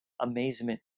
amazement